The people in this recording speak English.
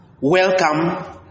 welcome